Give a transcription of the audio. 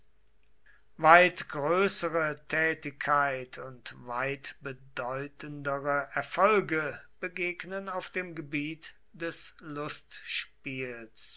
weit größere tätigkeit und weit bedeutendere erfolge begegnen auf dem gebiete des lustspiels